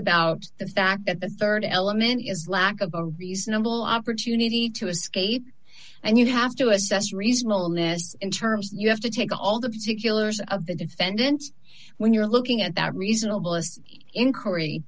about the fact that the rd element is lack of a reasonable opportunity to escape and you have to assess reasonableness in terms of you have to take all the particulars of the defendant when you're looking at that reasonable